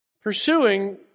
pursuing